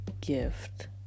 gift